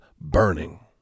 BURNING